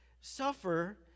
suffer